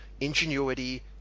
ingenuity